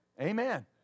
Amen